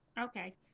Okay